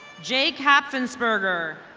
jake haffinsburger.